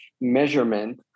measurement